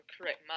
correct